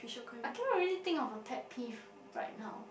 I cannot really think of a pet peeve right now